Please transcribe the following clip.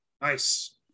Nice